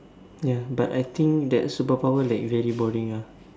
ya but I think that super power like very boring ah